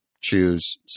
choose